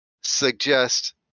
suggest